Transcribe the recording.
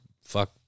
fuck